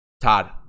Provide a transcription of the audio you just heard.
Todd